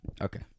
okay